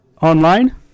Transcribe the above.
online